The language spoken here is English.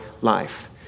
life